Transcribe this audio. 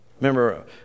Remember